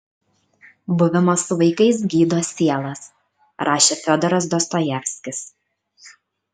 buvimas su vaikais gydo sielas rašė fiodoras dostojevskis